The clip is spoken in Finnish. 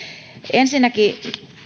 ensinnäkin